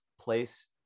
place